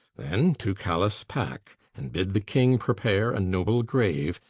then, to callice pack, and bid the king prepare a noble grave,